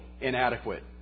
inadequate